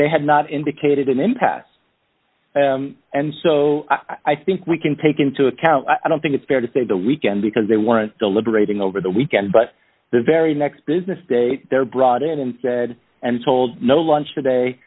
they have not indicated an impasse and so i think we can take into account i don't think it's fair to say the weekend because they weren't deliberating over the weekend but the very next business day they're brought in and said and told no lunch today